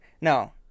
no